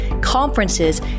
conferences